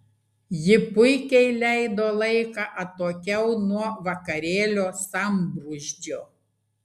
ji puikiai leido laiką atokiau nuo vakarėlio sambrūzdžio